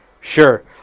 sure